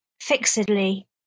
fixedly